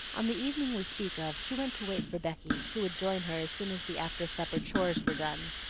on the evening we speak of, she went to wait for becky, who would join her as soon as the after-supper chores were done.